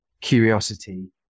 curiosity